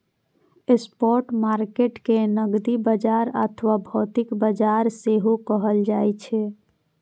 spot market कें नकदी बाजार अथवा भौतिक बाजार सेहो कहल जाइ छै